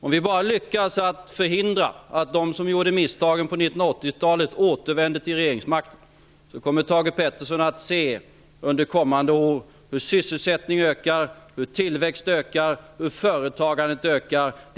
Om vi bara lyckas förhindra att de som gjorde misstagen under 1980-talet återvänder till regeringsmakten kommer Thage Peterson att se hur sysselsättningen, tillväxten och företagandet ökar under kommande år.